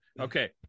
Okay